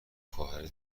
خواهری